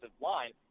line